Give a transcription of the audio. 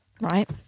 right